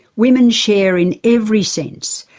women share, in every sense,